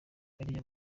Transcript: bariya